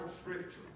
scripture